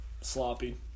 sloppy